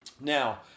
Now